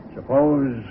Suppose